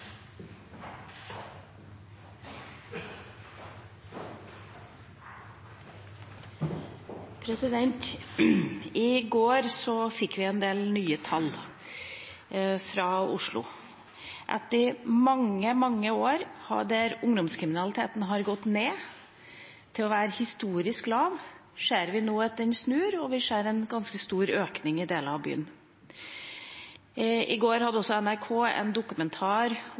Oslo. Etter mange år der ungdomskriminaliteten har gått ned til å være historisk lav, ser vi nå at den snur, og vi ser en ganske stor økning i deler av byen. I går hadde også NRK en dokumentar